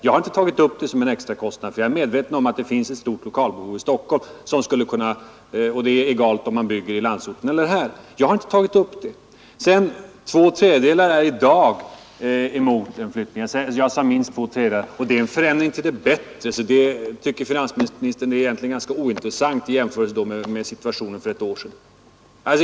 Jag har inte tagit upp det som en extrakostnad, eftersom jag är medveten om att det finns ett stort lokalbehov i Stockholm, och det är egalt om man bygger i landsorten eller här. Jag sade att minst två tredjedelar av personalen är emot förslaget i dag. Det är en förändring till det bättre i jämförelse med situationen för ett år sedan, så finansministern tycker det är ganska ointressant.